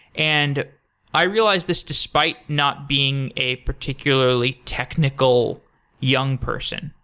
and i realized this despite not being a particularly technical young person.